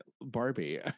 barbie